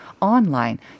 online